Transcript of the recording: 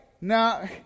Now